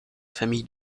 famille